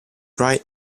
right